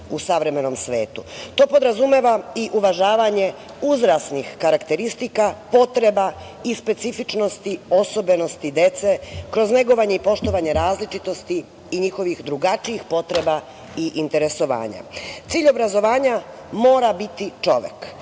u savremenom svetu. To podrazumeva i uvažavanje uzrasnih karakteristika, potreba i specifičnosti, osobenosti dece kroz negovanje i poštovanje različitosti i njihovih drugačijih potreba i interesovanja. Cilj obrazovanja mora biti čovek,